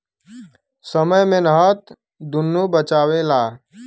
समय मेहनत दुन्नो बचावेला